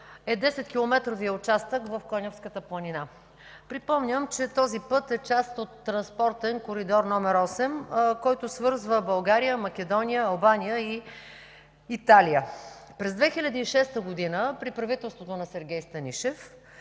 е 10-километровият участък в Конявската планина. Припомням, че този път е част от Транспортен коридор № 8, който свързва България, Македония, Албания и Италия. През 2006 г. при правителството на Сергей Станишев